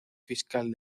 fiscal